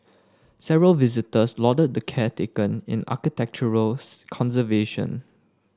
several visitors lauded the care taken in architectural conservation